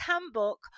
Handbook